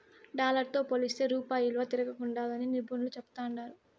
dollar తో పోలిస్తే రూపాయి ఇలువ తిరంగుండాదని నిపునులు చెప్తాండారు